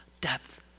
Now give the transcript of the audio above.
Depth